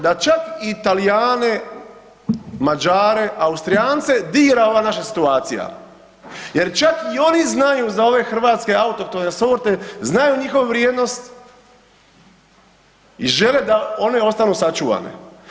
Da čak i Talijane, Mađare, Austrijance dira ova naša situacija jer čak i oni znaju za ove hrvatske autohtone sorte, znaju njihovu vrijednost i žele da one ostanu sačuvane.